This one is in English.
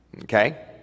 Okay